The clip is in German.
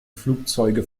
flugzeuge